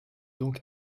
donc